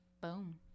Boom